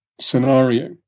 scenario